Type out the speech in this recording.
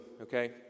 okay